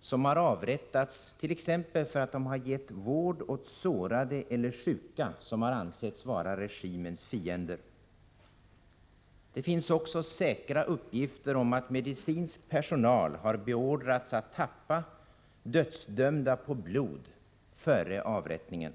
som avrättats, t.ex. för att de gett vård åt sårade eller sjuka som ansetts vara regimens fiender. Det finns också säkra uppgifter om att medicinsk personal beordrats att tappa dödsdömda på blod före avrättningen.